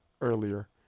earlier